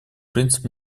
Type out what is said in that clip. принцип